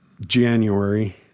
January